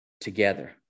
together